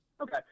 Okay